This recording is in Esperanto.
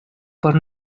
por